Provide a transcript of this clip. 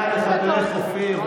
את מפריעה לחברך אופיר.